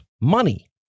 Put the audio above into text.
money